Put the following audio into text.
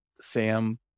Sam